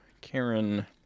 Karen